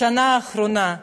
בשנה האחרונה.